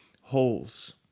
holes